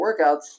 workouts